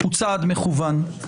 הוא צעד מכוון.